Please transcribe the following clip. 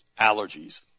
allergies